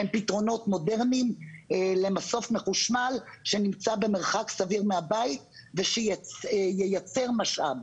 הם פתרונות מודרניים למסוף מחושמל שנמצא במרחק סביר מהבית ושייצר משאב.